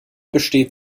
besteht